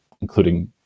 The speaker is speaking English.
including